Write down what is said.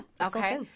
Okay